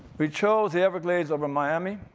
we chose the everglades over miami